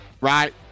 right